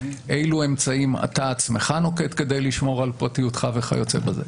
אילו אמצעים אתה עצמך נוקט כדי לשמור על פרטיותך וכיוצא בזה.